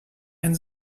ein